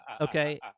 okay